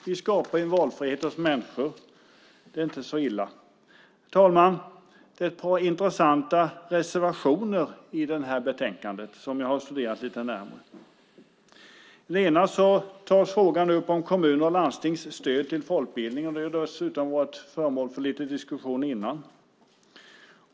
Vi skapar en valfrihet för människor, och det är inte så illa. Herr talman! Det finns ett par intressanta reservationer i betänkandet som jag har studerat lite närmare. I den ena tas frågan upp om kommuners och landstings stöd till folkbildningen. Det har varit föremål för lite diskussion innan.